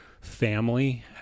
family